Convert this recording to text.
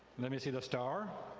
let me see the star,